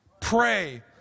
pray